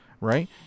right